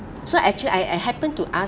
so actually I I happen to ask